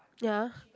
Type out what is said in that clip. ya